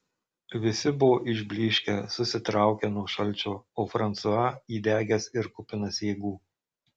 visi buvo išblyškę susitraukę nuo šalčio o fransua įdegęs ir kupinas jėgų